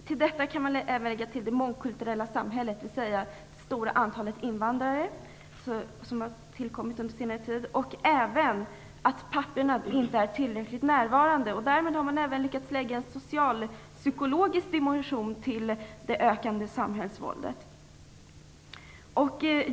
Till detta vill man lägga det mångkulturella samhället i sig, dvs. det stora antal invandrare som tillkommit under senare tid, men även att papporna inte är tillräckligt närvarande. Därmed har man även lyckats lägga en socialpsykologisk dimension till det ökande samhällsvåldet.